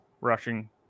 rushing